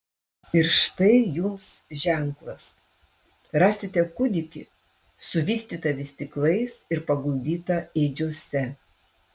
ir štai jums ženklas rasite kūdikį suvystytą vystyklais ir paguldytą ėdžiose